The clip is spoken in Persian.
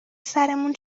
سرمون